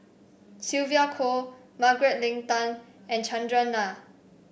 Sylvia Kho Margaret Leng Tan and Chandran Nair